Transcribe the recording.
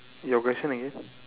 your question again